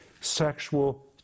sexual